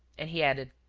and he added,